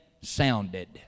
sounded